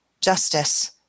Justice